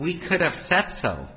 we could have s